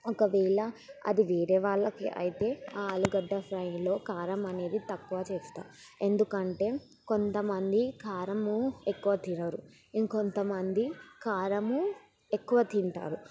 ఒకవేళ అది వేరే వాళ్ళకి అయితే ఆలుగడ్డ ఫ్రైలో కారం అనేది తక్కువ చేస్తాను ఎందుకంటే కొంతమంది కారము ఎక్కువ తినరు ఇంకొంతమంది కారము ఎక్కువ తింటారు